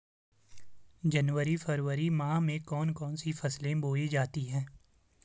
जनवरी फरवरी माह में कौन कौन सी फसलें बोई जाती हैं?